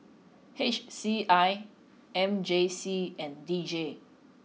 H C I M J C and D J